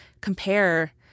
compare